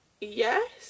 Yes